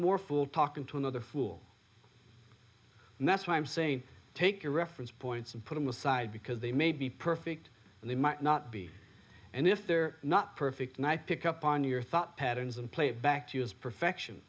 more fool talking to another fool and that's why i'm saying take your reference points and put them aside because they may be perfect and they might not be and if they're not perfect and i pick up on your thought patterns and play it back to you as perfection